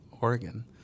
Oregon